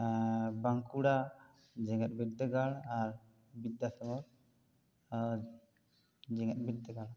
ᱵᱟᱸᱠᱩᱲᱟ ᱡᱮᱜᱮᱛ ᱵᱤᱨᱫᱟᱹᱜᱟᱲ ᱟᱨ ᱵᱤᱫᱽᱫᱟ ᱥᱟᱜᱚᱨ ᱡᱮᱜᱮᱛ ᱵᱤᱨᱫᱟᱹᱜᱟᱲ